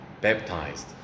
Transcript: Baptized